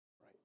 right